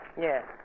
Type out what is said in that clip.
Yes